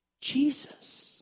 Jesus